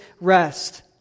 rest